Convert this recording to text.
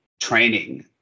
training